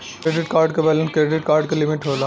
credit card क balance credit card क limit होला